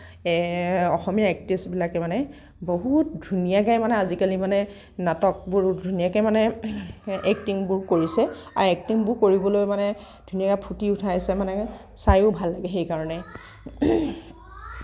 অসমীয়া এক্ট্ৰেছবিলাকে মানে বহুত ধুনীয়াকে মানে আজিকালি মানে নাটকবোৰ ধুনীয়াকে মানে এক্টিংবোৰ কৰিছে আৰু এক্টিংবোৰ কৰিবলৈ মানে ধুনীয়া ফুটি উঠাইছে মানে চাইও ভাল লাগে সেইকাৰণে